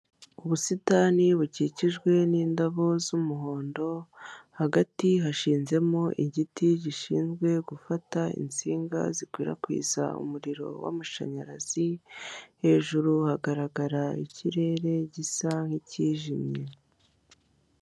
Ubusitani bukikijwe n'indabo z'umuhondo, hagati hashinzemo igiti gishinzwe gufata insinga zikwirakwiza umuriro wa amashanyarazi, Hejuru hagaragara ikirere gisa nicyijimye.